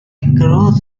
across